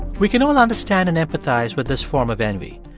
we can all understand and empathize with this form of envy.